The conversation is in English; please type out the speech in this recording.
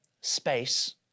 space